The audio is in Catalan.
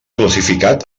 classificat